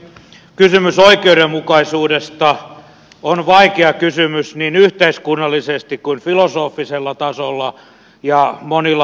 kysymys oikeudenmukaisuudesta on vaikea kysymys niin yhteiskunnallisesti kuin filosofisella tasolla ja monilla muillakin tavoilla